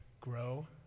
grow